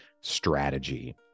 strategy